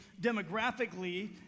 demographically